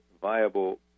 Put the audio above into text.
viable